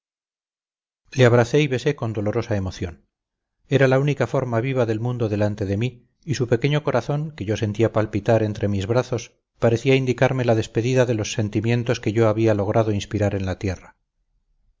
le abracé y besé con dolorosa emoción era la única forma viva del mundo delante de mí y su pequeño corazón que yo sentía palpitar entre mis brazos parecía indicarme la despedida de los sentimientos que yo había logrado inspirar en la tierra